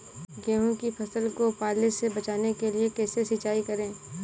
गेहूँ की फसल को पाले से बचाने के लिए कैसे सिंचाई करें?